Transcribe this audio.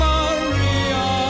Maria